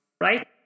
right